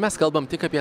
mes kalbam tik apie